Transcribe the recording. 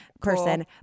person